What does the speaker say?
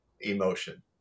emotion